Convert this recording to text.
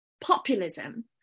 populism